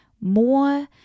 more